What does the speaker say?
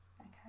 Okay